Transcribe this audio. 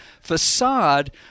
facade